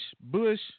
Bush